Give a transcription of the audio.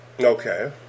Okay